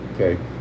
okay